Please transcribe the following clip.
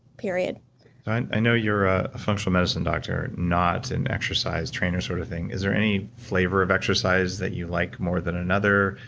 period i know you're a functional medicine doctor, not an exercise trainer sort of thing. is there any flavor of exercise that you like more than another?